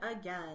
again